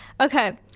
okay